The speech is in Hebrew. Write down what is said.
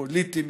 פוליטיים,